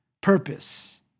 Purpose